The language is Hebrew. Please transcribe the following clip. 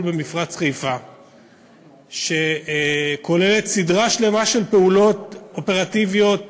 במפרץ חיפה וכוללת סדרה שלמה של פעולות אופרטיביות ברורות,